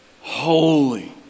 holy